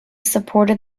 supported